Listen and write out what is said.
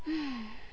!hais!